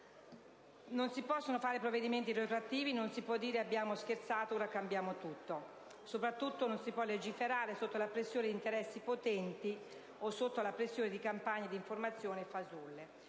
Non si possono fare provvedimenti retroattivi, non si può dire: «Abbiamo scherzato, ora cambiamo tutto». Soprattutto, non si può legiferare sotto la pressione di interessi potenti o sotto la pressione di campagne di informazione fasulle.